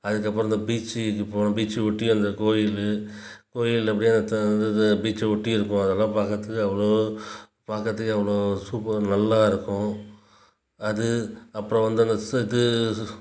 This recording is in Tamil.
அதுக்கப்பறம் இந்த பீச்சுக்கு போ பீச்சை ஒட்டி அந்த கோயில் கோயில் அப்படியே த அந்த பீச்சை ஒட்டி இருக்கும் அதெல்லாம் பார்க்கறதுக்கு அவ்வளோ பார்க்கறதுக்கே அவ்வளோ ஒரு சூப்பர் நல்லா இருக்கும் அது அப்புறோம் வந்து அந்த செது